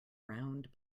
round